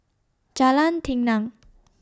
Jalan Tenang